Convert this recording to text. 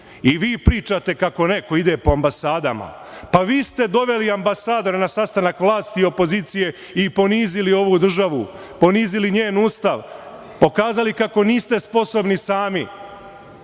pričate kako neko ide po ambasadama? Pa, vi ste doveli ambasadora na sastanak vlasti i opozicije i ponizili ovu državu, ponizili njen Ustav, pokazali kako niste sposobni sami